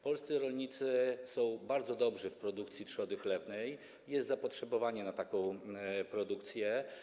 Polscy rolnicy są bardzo dobrzy w produkcji trzody chlewnej, jest zapotrzebowanie na taką produkcję.